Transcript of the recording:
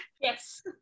yes